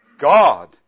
God